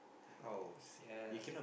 how sia